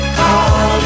call